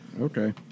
Okay